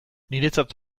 niretzat